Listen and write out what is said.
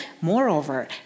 moreover